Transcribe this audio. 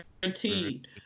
guaranteed